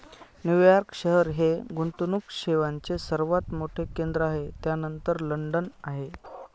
New York शहर हे गुंतवणूक सेवांचे सर्वात मोठे केंद्र आहे त्यानंतर लंडन आहे